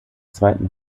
zweiten